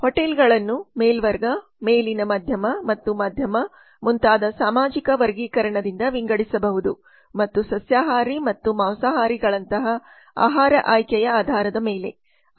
ಹೋಟೆಲ್ಗಳನ್ನು ಮೇಲ್ವರ್ಗ ಮೇಲಿನ ಮಧ್ಯಮ ಮತ್ತು ಮಧ್ಯಮ ಮುಂತಾದ ಸಾಮಾಜಿಕ ವರ್ಗೀಕರಣದಿಂದ ವಿಂಗಡಿಸಬಹುದು ಮತ್ತು ಸಸ್ಯಾಹಾರಿ ಮತ್ತು ಮಾಂಸಾಹಾರಿಗಳಂತಹ ಆಹಾರ ಆಯ್ಕೆಯ ಆಧಾರದ ಮೇಲೆ